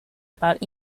about